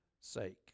sake